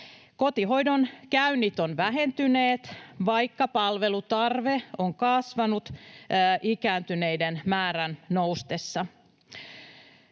Kotihoidon käynnit ovat vähentyneet, vaikka palvelutarve on kasvanut ikääntyneiden määrän noustessa.